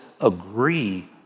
agree